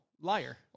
liar